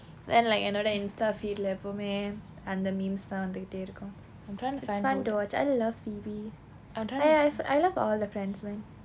then like என்னோட:ennoda insta feed இல்ல எப்போமே அந்த:illa eppome antha memes தான் வந்துட்டே இருக்கும்:thaan vanthutte irukkum it's fun to watch I love phoebe eh I've I love all friends